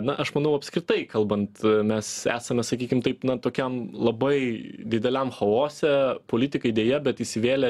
na aš manau apskritai kalbant mes esame sakykim taip na tokiam labai dideliam chaose politikai deja bet įsivėlę